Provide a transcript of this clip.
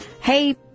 hey